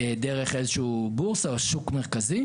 דרך בורסה או שוק מרכזי,